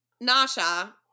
Nasha